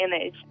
image